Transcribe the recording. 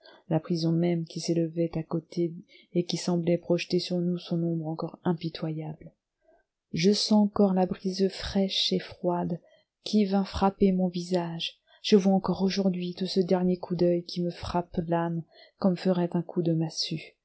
la prison même qui s'élevait à côté et qui semblait projeter sur nous son ombre encore impitoyable je sens encore la brise fraîche et froide qui vint frapper mon visage je vois encore aujourd'hui tout ce dernier coup d'oeil qui me frappe l'âme comme ferait un coup de massue